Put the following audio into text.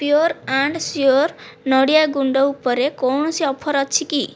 pure and sure ନଡ଼ିଆ ଗୁଣ୍ଡ ଉପରେ କୌଣସି ଅଫର୍ ଅଛି କି